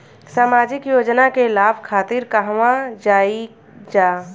सामाजिक योजना के लाभ खातिर कहवा जाई जा?